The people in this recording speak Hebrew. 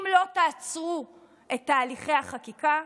אם לא תעצרו את תהליכי החקיקה,